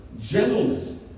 Gentleness